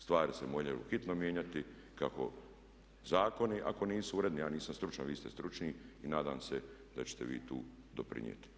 Stvari se moraju hitno mijenjati kako zakoni ako nisu uredni, ja nisam stručan, vi ste stručniji i nadam se da ćete vi tu doprinijeti.